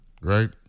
right